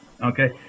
Okay